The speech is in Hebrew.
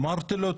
אמרתי לו,